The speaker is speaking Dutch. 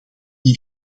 hier